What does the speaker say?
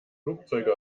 flugzeuge